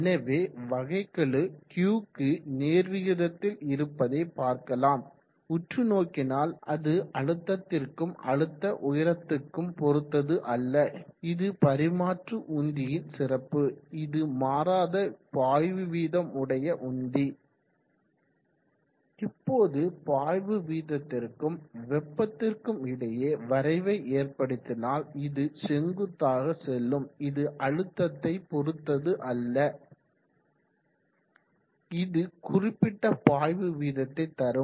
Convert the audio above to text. எனவே வகைக்கெழு Q க்கு நேர் விகிதத்தில் இருப்பதை பார்க்கலாம் உற்று நோக்கினால் அது அழுத்தத்திற்கும் அழுத்த உயரத்துக்கும் பொறுத்தது அல்ல இது பரிமாற்றும் உந்தியின் சிறப்பு இது மாறாத பாய்வு வீதம் உடைய உந்தி இப்போது பாய்வு வீதத்திற்கும் வெப்பத்திற்கும் இடையே வரைவை ஏற்படுத்தினால் இது செங்குத்தாக செல்லும் இது அழுத்தத்தை பொறுத்தது அல்ல இது குறிப்பிட்ட பாய்வு வீதத்தை தரும்